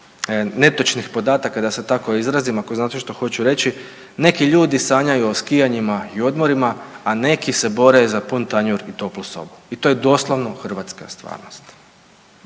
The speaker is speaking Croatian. netočnih podataka da se tako izrazim ako znate što hoću reći, neki ljudi sanjaju o skijanjima i odmorima, a neki se bore za pun tanjur i toplu sobu i to je doslovno hrvatska stvarnost.